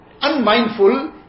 unmindful